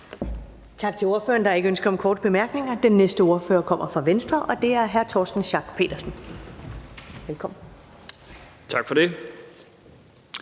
Tak til ordføreren. Der er ikke ønske om korte bemærkninger. Den næste ordfører kommer fra Venstre, og det er hr. Torsten Schack Pedersen. Velkommen. Kl.